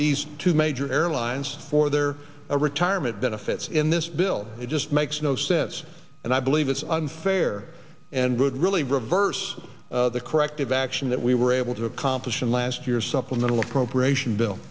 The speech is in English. these two major airlines for their retirement benefits in this bill it just makes no sense and i believe it's unfair and would really reverse the corrective action that we were able to accomplish in last year's supplemental appropriation bill